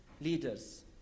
leaders